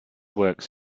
works